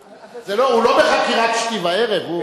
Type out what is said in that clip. אז התשובה, הוא לא בחקירת שתי וערב.